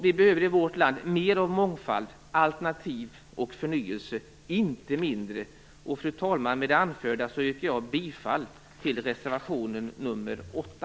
Vi behöver i vårt land mer av mångfald, alternativ och förnyelse, inte mindre. Fru talman! Med det anförda yrkar jag bifall till reservation nr 8.